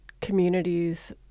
communities